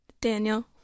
Daniel